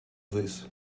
this